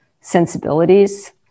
sensibilities